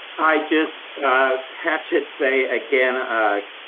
i just have to say again, ah,